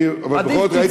אבל בכל זאת ראיתי